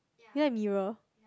you like mirror